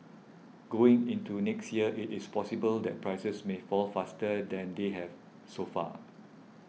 going into next year it is possible that prices may fall faster than they have so far